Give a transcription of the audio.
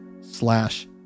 slash